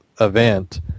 Event